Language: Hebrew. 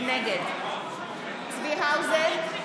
נגד צבי האוזר,